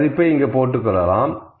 இந்த மதிப்பை இங்கே போடுகிறேன்